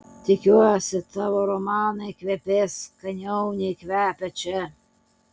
tikiuosi tavo romanai kvepės skaniau nei kvepia čia